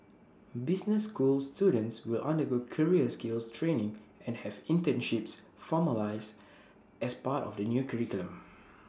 business school students will undergo career skills training and have internships formalised as part of the new curriculum